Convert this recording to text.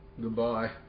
Goodbye